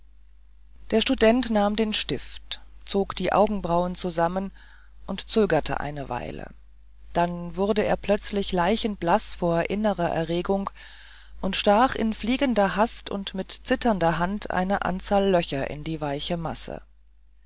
der student nahm den stift zog die augenbrauen zusammen und zögerte eine weile dann wurde er plötzlich leichenblaß vor innerer erregung und stach in fliegender hast und mit zitternder hand eine anzahl löcher in die weiche masse